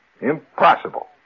Impossible